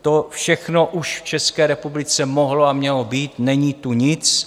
To všechno už v České republice mohlo a mělo být, není tu nic.